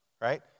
right